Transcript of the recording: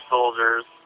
Soldiers